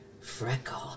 Freckle